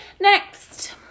next